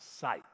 sight